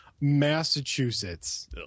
Massachusetts